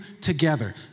together